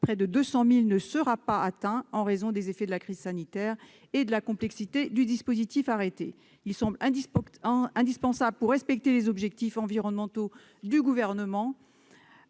près de 200 000 primes ne sera pas atteint, en raison des effets de la crise sanitaire et de la complexité du dispositif arrêté. Il semble indispensable, pour respecter les objectifs environnementaux du Gouvernement,